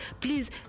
please